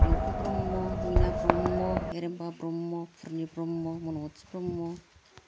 Rinku Brahma Maina Brahma Heremba Brahma Purni Brahma Manmathi Brahma